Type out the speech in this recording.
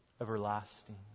everlasting